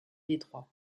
détroit